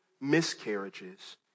miscarriages